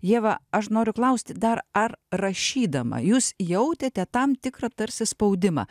ieva aš noriu klausti dar ar rašydama jūs jautėte tam tikrą tarsi spaudimą